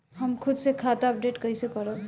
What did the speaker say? हम खुद से खाता अपडेट कइसे करब?